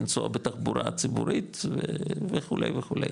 לנסוע בתחבורה ציבורית וכו' וכו',